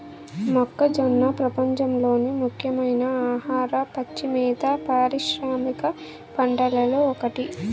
మొక్కజొన్న ప్రపంచంలోని ముఖ్యమైన ఆహార, పచ్చి మేత పారిశ్రామిక పంటలలో ఒకటి